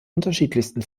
unterschiedlichsten